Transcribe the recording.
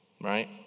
right